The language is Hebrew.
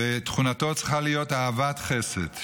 ותכונתו צריכה להיות אהבת חסד,